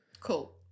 Cool